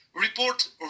report